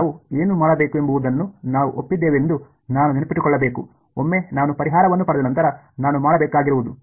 ನಾವು ಏನು ಮಾಡಬೇಕೆಂಬುದನ್ನು ನಾವು ಒಪ್ಪಿದ್ದೇವೆಂದು ನಾನು ನೆನಪಿಟ್ಟುಕೊಳ್ಳಬೇಕು ಒಮ್ಮೆ ನಾನು ಪರಿಹಾರವನ್ನು ಪಡೆದ ನಂತರ ನಾನು ಮಾಡಬೇಕಾಗಿರುವುದು